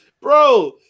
Bro